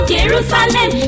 Jerusalem